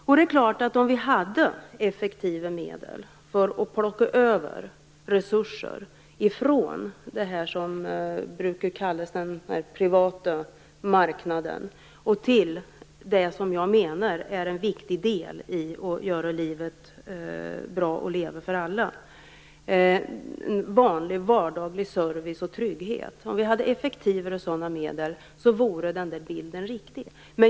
Om vi hade effektiva medel att föra över resurser från det som brukar kallas den privata marknaden till det jag menar är en viktig del i att göra livet bra att leva för alla, vanlig vardaglig service och trygghet, vore bilden riktig.